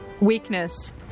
weakness